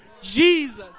Jesus